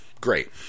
Great